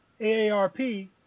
AARP